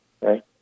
right